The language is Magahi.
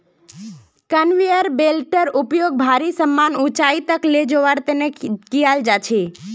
कन्वेयर बेल्टेर उपयोग भारी समान ऊंचाई तक ले जवार तने कियाल जा छे